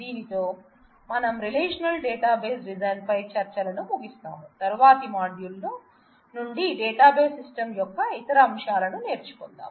దీనితో మనం relational database design పై చర్చలను ముగిస్తాం తరువాత మాడ్యూల్ నుండి డేటాబేస్ సిస్టమ్స్ యొక్క ఇతర అంశాలను నేర్చుకుందాం